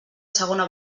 segona